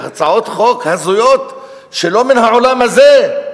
בהצעות חוק הזויות שלא מן העולם הזה.